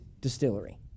distillery